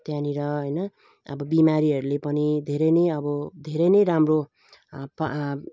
त्यहाँनेर होइन अब बिमारीहरूले पनि धेरै नै अब धेरै नै राम्रो पा